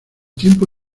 tiempo